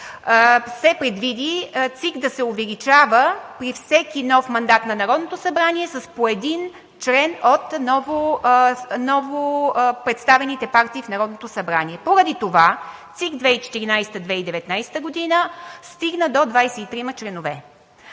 се предвиди ЦИК да се увеличава при всеки нов мандат на Народното събрание с по един член от новопредставените партии в Народното събрание. Поради това ЦИК 2014 – 2019 г. стигна до 23-ма членове.